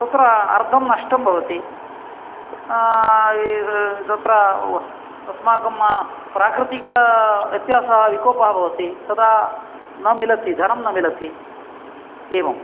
तत्र अर्धं नष्टं भवति तत्र वः अस्माकम् प्राकृतिकव्यत्यासः विकोपः बवति तदा न मिलति धनं न मिलति एवं